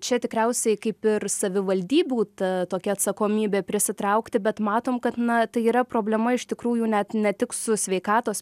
čia tikriausiai kaip ir savivaldybių ta tokia atsakomybė prisitraukti bet matom kad na tai yra problema iš tikrųjų net ne tik su sveikatos